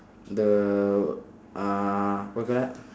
the uh what you call that